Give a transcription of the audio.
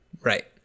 Right